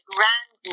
Grand